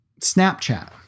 Snapchat